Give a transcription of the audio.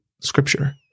scripture